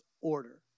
order